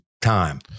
time